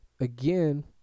again